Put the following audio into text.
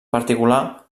particular